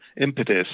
impetus